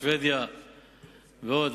שבדיה ועוד.